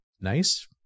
nice